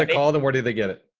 to call the word, did they get it?